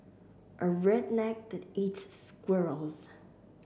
a redneck that eats squirrels